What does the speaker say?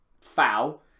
foul